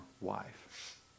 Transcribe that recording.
wife